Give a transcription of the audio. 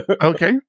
Okay